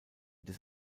des